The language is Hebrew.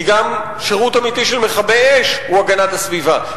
כי גם שירות אמיתי של מכבי אש הוא הגנת הסביבה,